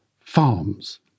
farms